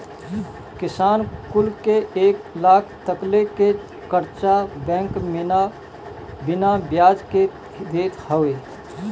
किसान कुल के एक लाख तकले के कर्चा बैंक बिना बियाज के देत हवे